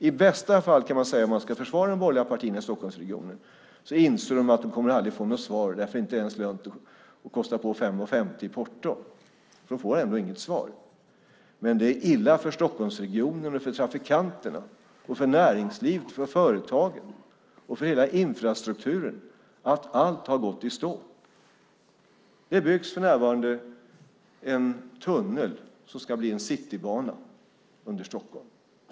I bästa fall kan man säga, om man ska försvara de borgerliga partierna i Stockholmsregionen, att de inser att de aldrig kommer att få några svar. Det är inte ens lönt att kosta på 5:50 i porto, för de får ändå inget svar. Men det är illa för Stockholmsregionen, för trafikanterna, för näringslivet, för företagen och för hela infrastrukturen att allt har gått i stå. Det byggs för närvarande en tunnel som ska bli en citybana under Stockholm.